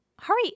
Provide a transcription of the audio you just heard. hurry